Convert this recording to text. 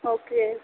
okay